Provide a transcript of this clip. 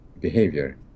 behavior